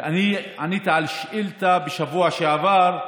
עניתי על שאילתה בשבוע שעבר,